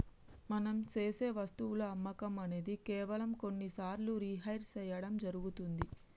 మనం సేసె వస్తువుల అమ్మకం అనేది కేవలం కొన్ని సార్లు రిహైర్ సేయడం జరుగుతుంది